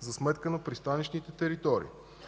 за сметка на пристанищните територии.